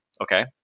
okay